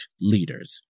leaders